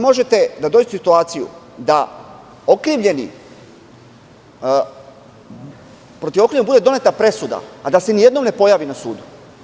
Možete da dođete u situaciju da protiv okrivljenog bude doneta presuda a da se nijednom ne pojavi na sudu.